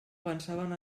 pensaven